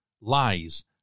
Lies